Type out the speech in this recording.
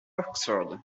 oxford